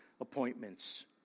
appointments